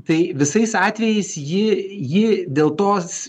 tai visais atvejais ji ji dėl tos